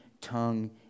tongue